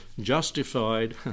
justified